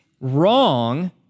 wrong